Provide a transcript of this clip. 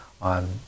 on